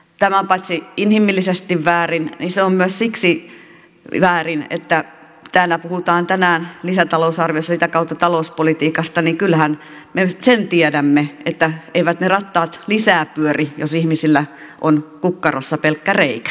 tämä on paitsi inhimillisesti myös siksi väärin että kun täällä puhutaan tänään lisätalousarviosta ja sitä kautta talouspolitiikasta niin kyllähän me nyt sen tiedämme että eivät ne rattaat lisää pyöri jos ihmisillä on kukkarossa pelkkä reikä